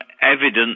evidence